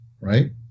right